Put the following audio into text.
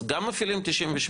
אז גם אפילו עם 98,